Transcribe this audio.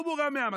הוא מורם מעם,